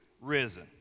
risen